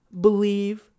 believe